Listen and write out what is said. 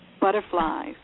Butterflies